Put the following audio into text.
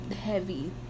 heavy